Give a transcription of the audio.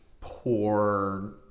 poor